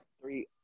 three